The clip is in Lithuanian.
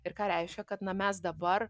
ir ką reiškia kad na mes dabar